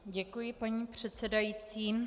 Děkuji, paní předsedající.